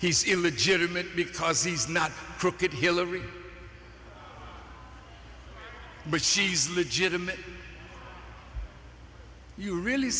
he's illegitimate because he's not crooked hillary but she's legitimate you really